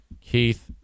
Keith